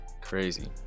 Crazy